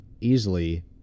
easily